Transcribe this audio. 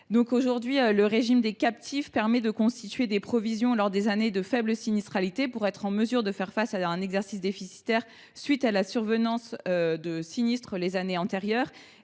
Aujourd’hui, le régime des captives permet de constituer des provisions lors des années de faible sinistralité pour être en mesure de faire face à un exercice déficitaire à la suite de survenance de sinistres au cours des années antérieures.